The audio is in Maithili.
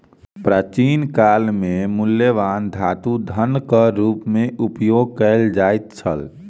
प्राचीन काल में मूल्यवान धातु धनक रूप में उपयोग कयल जाइत छल